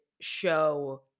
show